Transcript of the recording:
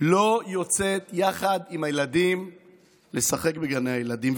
לא יוצאת יחד עם הילדים לשחק בגני הילדים.